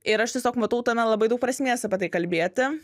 ir aš tiesiog matau tame labai daug prasmės apie tai kalbėti